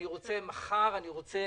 אני רוצה